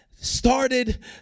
started